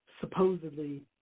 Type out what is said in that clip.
supposedly